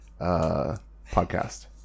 podcast